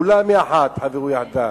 כולם יחד חברו יחדיו.